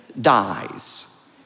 dies